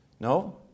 No